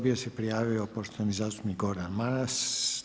Bio se prijavio poštovani zastupnik Gordan Maras.